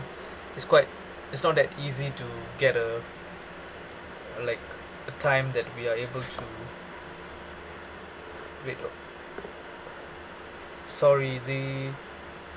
it's quite it's not that easy to get a like a time that we are able to wait oh sorry the